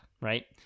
Right